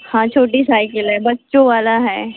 हाँ छोटी साइकिल है बच्चों वाली है